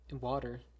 Water